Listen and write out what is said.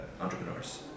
entrepreneurs